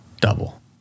double